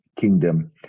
kingdom